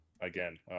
Again